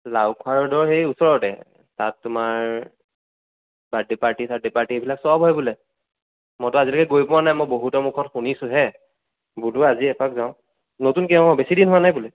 লাওখোৱা ৰ'ডৰ সেই ওচৰতে তাত তোমাৰ বাৰ্থডে পাৰ্টি চাৰ্টি পাৰ্টি এইবিলাক চব হয় বোলে মইতো আজিলৈকে গৈ পোৱা নাই মই বহুতৰ মুখত শুনিছোহে বোলো আজি এপাক যাওঁ নতুনকৈ অঁ বেছি দিন হোৱা নাই বোলে